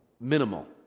minimal